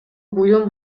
буюм